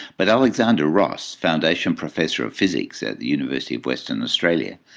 but alexander ross, foundation professor of physics at the university of western australia,